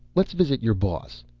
let's visit your boss.